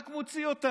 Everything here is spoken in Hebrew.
רק מוציא אותנו.